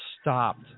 stopped